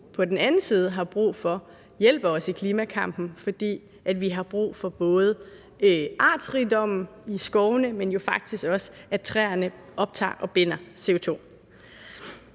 på den anden side har brug for, og som hjælper os i klimakampen. For vi har brug for både artsrigdommen i skovene, men jo faktisk også, at træerne optager og binder CO2.